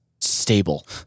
stable